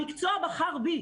המקצוע בחר בי,